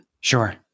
Sure